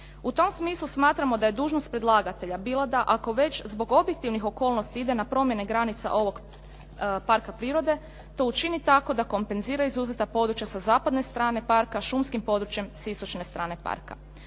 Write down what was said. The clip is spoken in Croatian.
U tom smislu smatramo da je dužnost predlagatelja bila da, ako već zbog objektivnih okolnosti ide na promjene granica ovog parka prirode, to učini tako da kompenzira izuzeta područja sa zapadne strane parka šumskim područjem s istočne strane parka.